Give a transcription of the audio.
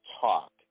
talk